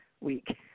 week